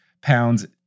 pounds